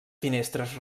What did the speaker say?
finestres